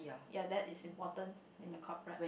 ya that is important in the corporate